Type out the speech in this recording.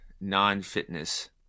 non-fitness